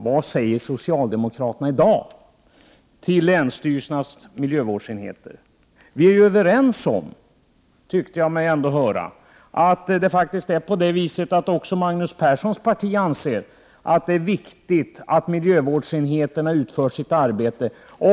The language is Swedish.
Vad säger socialdemokraterna i dag till länsstyrelsernas miljövårdsenheter? Jag tyckte mig ändå höra att vi var överens och att också Magnus Perssons parti anser att det är viktigt att miljövårdsenheterna utför sitt arbete.